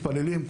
מתפללים,